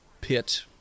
pit